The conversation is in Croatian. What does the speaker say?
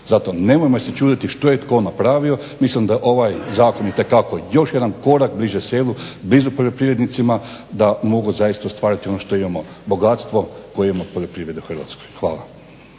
Zato se nemojmo čuditi što je tko napravio, mislim da je ovaj zakon itekako još jedan korak bliže selu, blizu poljoprivrednicima da mogu zaista ostvariti ono što imamo bogatstvo koje ima poljoprivreda u Hrvatskoj. Hvala.